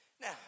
Now